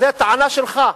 זו הטענה שלך.